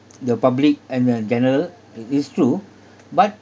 the public and the general it is true but